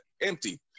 empty